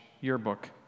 yearbook